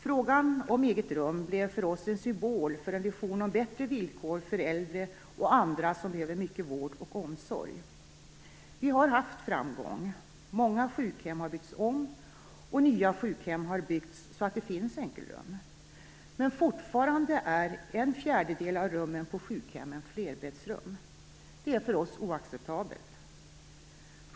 Frågan om eget rum blev för oss en symbol för en vision om bättre villkor för äldre och andra som behöver mycket vård och omsorg. Vi har haft framgång. Många sjukhem har byggts om och nya sjukhem har byggts så att det finns enkelrum, men fortfarande är en fjärdedel av rummen på sjukhemmen flerbäddsrum. Det är för oss oacceptabelt.